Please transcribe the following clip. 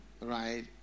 Right